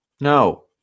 No